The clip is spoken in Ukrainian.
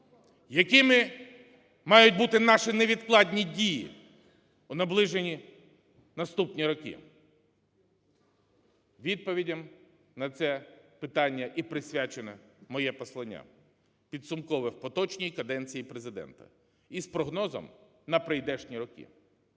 Якими мають бути наші невідкладні дії у наближені наступні роки? Відповідям на ці питання і присвячене моє послання, підсумкове в поточній каденції Президента і з прогнозом на прийдешні роки.